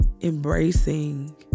embracing